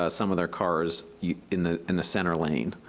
ah some of their cars in the and the center lane,